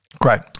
Great